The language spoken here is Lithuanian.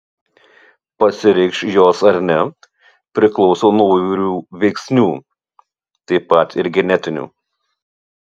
pasireikš jos ar ne priklauso nuo įvairių veiksnių taip pat ir genetinių